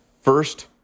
first